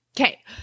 Okay